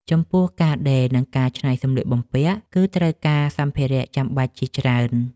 ចំពោះ ការដេរ និងការកែច្នៃសម្លៀកបំពាក់ គឺត្រូវការសម្ភារៈចាំបាច់ជាច្រើន។